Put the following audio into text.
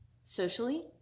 socially